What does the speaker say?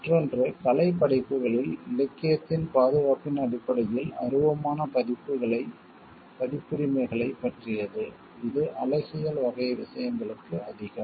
மற்றொன்று கலைப் படைப்புகளில் இலக்கியத்தின் பாதுகாப்பின் அடிப்படையில் அருவமான பதிப்புரிமைகளைப் பற்றியது இது அழகியல் வகை விஷயங்களுக்கு அதிகம்